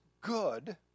good